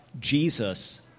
Jesus